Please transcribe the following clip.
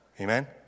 amen